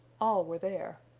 all were there.